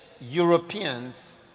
Europeans